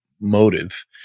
motive